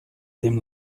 dim